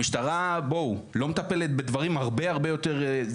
המשטרה בואו, לא מטפלת בדברים הרבה יותר...